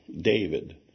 David